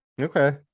Okay